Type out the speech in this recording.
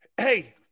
Hey